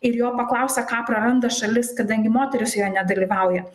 ir jo paklausė ką praranda šalis kadangi moterys joje nedalyvauja